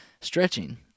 stretching